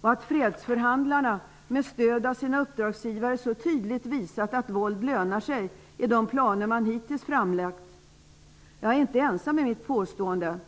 och att fredsförhandlarna med stöd av sina uppdragsgivare så tydligt visat att våld lönar sig i de planer som hittills har lagts fram. Jag är inte ensam om mitt påstående.